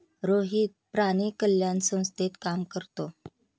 रोहित प्राणी कल्याण संस्थेत काम करतो